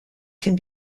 can